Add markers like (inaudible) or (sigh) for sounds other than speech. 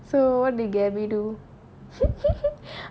so they gaby do (laughs)